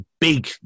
Big